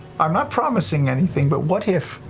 i'm not promising anything, but what if